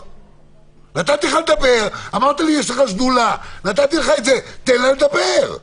נתתי לך לדבר, אמרת שיש לך שדולה - תן לה לדבר.